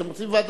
אתם רוצים ועדה?